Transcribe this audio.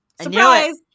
Surprise